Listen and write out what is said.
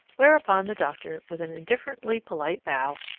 whereupon the doctor, with an indifferently polite bow,